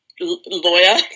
lawyer